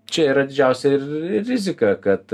čia yra didžiausia ir rizika kad